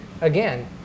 again